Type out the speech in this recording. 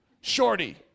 shorty